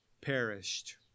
perished